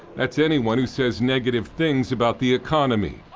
that's anyone who says negative things about the economy.